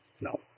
no